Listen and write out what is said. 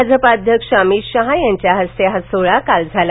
भाजपा अध्यक्ष अमित शहा यांच्या हस्ते हा सोहळा काल झाला